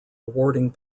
awarding